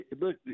look